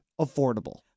affordable